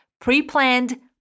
pre-planned